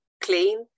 clean